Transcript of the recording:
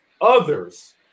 others